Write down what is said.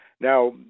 Now